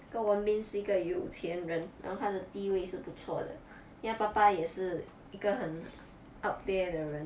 那个 voon bin 是个有钱人然后他的地位是不错的因为他爸爸也是一个很 out there 的人